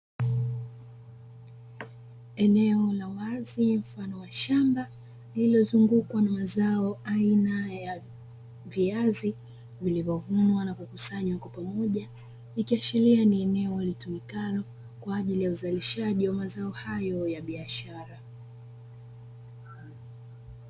Eneo la wazi mfano wa shamba lililozungukwa na mazao aina ya viazi vilivyovunwa na kukusanywa kwa pamoja, ikiashiria ni eneo litumikalo kwa ajili ya uzalishaji wa mazao hayo ya biashara.